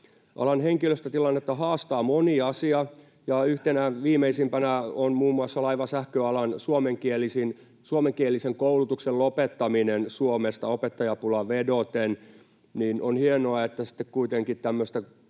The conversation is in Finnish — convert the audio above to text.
Alan henkilöstötilannetta haastaa moni asia, ja yhtenä viimeisimpänä on muun muassa laivasähköalan suomenkielisen koulutuksen lopettaminen Suomesta opettajapulaan vedoten. On hienoa, että sitten kuitenkin tämmöistä